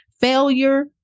Failure